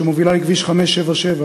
שמוביל לכביש 577,